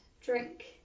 drink